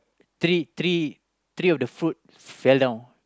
three three three of the fruit fell down